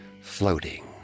floating